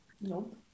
No